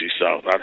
South